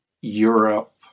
Europe